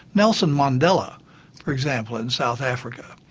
nelson mandela for example, in south africa,